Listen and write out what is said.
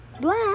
Black